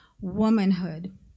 womanhood